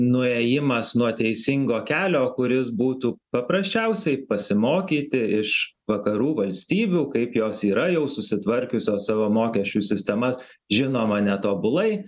nuėjimas nuo teisingo kelio kuris būtų paprasčiausiai pasimokyti iš vakarų valstybių kaip jos yra jau susitvarkiusios savo mokesčių sistemas žinoma netobulai